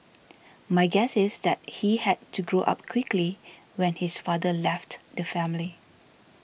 my guess is that he had to grow up quickly when his father left the family